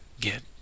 Get